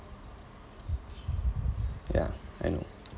yeah I know